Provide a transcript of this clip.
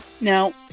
now